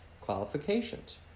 qualifications